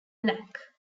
black